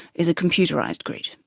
is a computerised grid.